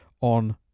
on